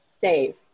save